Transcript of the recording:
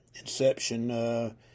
inception